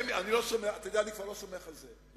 אל תסמוך על זה.